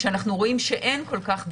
כשאנחנו רואים שאין כל כך דעיכה,